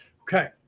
Okay